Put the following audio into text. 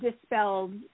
dispelled